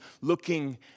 looking